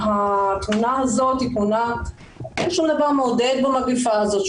אין שום דבר מעודד במגפה הזאת,